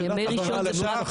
שאלת הבהרה לנוסח.